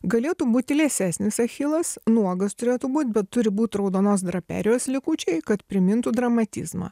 galėtų būti liesesnis achilas nuogas turėtų būt bet turi būt raudonos draperijos likučiai kad primintų dramatizmą